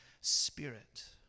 Spirit